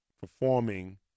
performing